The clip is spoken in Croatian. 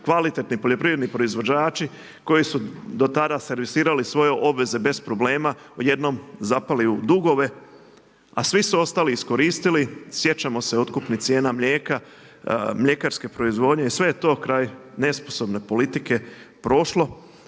kvalitetni poljoprivredni proizvođači koji su do tada servisirali svoje obveze bez problema odjednom zapali u dugove a svi su ostali iskoristili sjećamo se otkupnih cijena mlijeka, mljekarske proizvodnje. Sve je to kraj nesposobne politike prošlo,